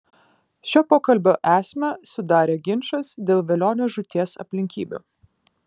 šio pokalbio esmę sudarė ginčas dėl velionio žūties aplinkybių